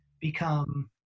become